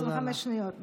25 שניות.